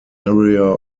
area